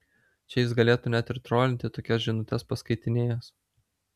čia jis galėtų net ir trolinti tokias žinutes paskaitinėjęs